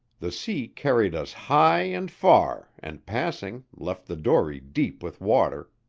the sea carried us high and far and, passing, left the dory deep with water,